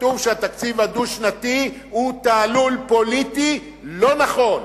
כתוב שהתקציב הדו-שנתי הוא תעלול פוליטי לא נכון.